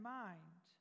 mind